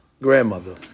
grandmother